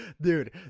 dude